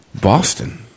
Boston